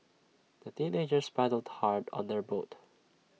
the teenagers paddled hard on their boat